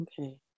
Okay